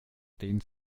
den